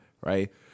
right